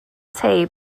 tei